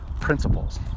principles